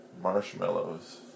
marshmallows